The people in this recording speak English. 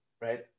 Right